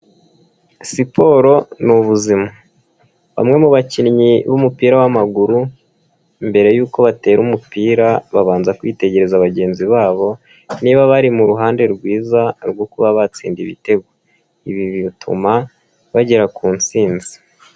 Siporo ni ubuzima .Bamwe mu bakinnyi b'umupira w'amaguru mbere yuko batera umupira, babanza kwitegereza bagenzi babo niba bari mu ruhande rwiza rwo kuba batsinda ibitego. Ibi bituma bagera ku ntsinzi.